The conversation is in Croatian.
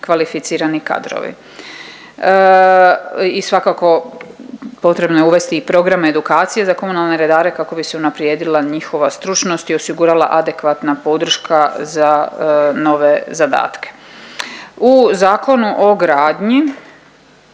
kvalificirani kadrovi. I svakako potrebno je uvesti program edukacije za komunalne redare kako bi se unaprijedila njihova stručnost i osigurala adekvatna podrška za nove zadatke. U Zakonu o gradnji